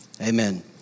amen